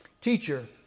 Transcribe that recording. Teacher